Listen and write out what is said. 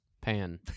Pan